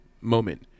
moment